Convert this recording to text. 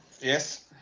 Yes